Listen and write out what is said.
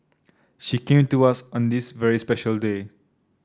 she came to us on this very special day